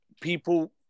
people